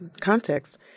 context